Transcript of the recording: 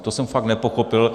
To jsem fakt nepochopil.